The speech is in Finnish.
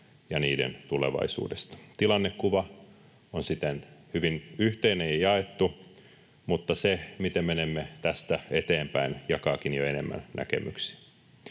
ja niiden tulevaisuudesta. Tilannekuva on siten hyvin yhteinen ja jaettu, mutta se, miten menemme tästä eteenpäin, jakaakin jo enemmän näkemyksiä.